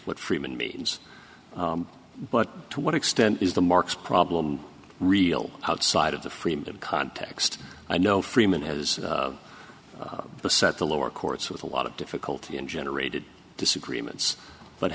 what friedman means but to what extent is the marks problem real outside of the frame of context i know freeman has the set the lower courts with a lot of difficulty and generated disagreements but